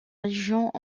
régions